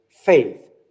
faith